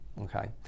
okay